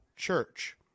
church